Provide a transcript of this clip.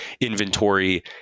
Inventory